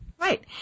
Right